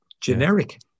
generic